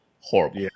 horrible